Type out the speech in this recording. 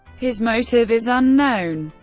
his motive is unknown.